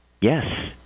Yes